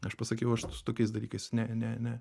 aš pasakiau aš su tokiais dalykais ne ne ne